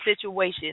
situation